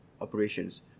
operations